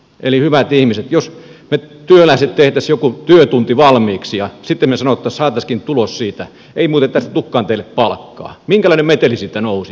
eli hyvät ihmiset jos me työläiset tekisimme jonkin työtunnin valmiiksi ja sitten me saisimmekin tuloksen siitä ja meille sanottaisiin ei muuten tästä tulekaan teille palkkaa minkälainen meteli siitä nousisi